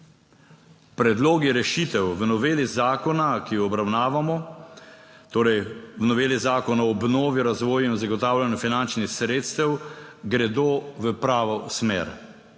Predlogi rešitev v noveli zakona, ki jo obravnavamo, torej v noveli Zakona o obnovi, razvoju in zagotavljanju finančnih sredstev gredo v pravo smer.